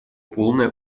полное